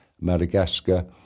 Madagascar